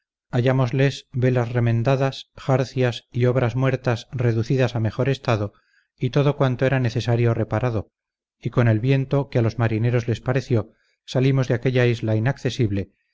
hallámosles velas remendadas jarcias y obras muertas reducidas a mejor estado y todo cuanto era necesario reparado y con el viento que a los marineros les pareció salimos de aquella isla inaccesible